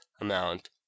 amount